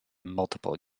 multiple